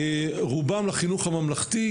רובם לחינוך הממלכתי,